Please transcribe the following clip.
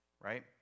right